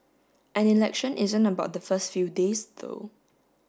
an election isn't about the first few days though